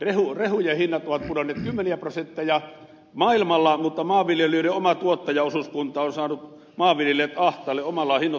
rehujen hinnat ovat pudonneet kymmeniä prosentteja maailmalla mutta maanviljelijöiden oma tuottajaosuuskunta on saanut maanviljelijät ahtaalle omalla hinnoittelupolitiikallaan